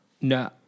No